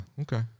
okay